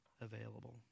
available